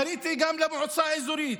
פניתי גם למועצה האזורית,